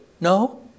no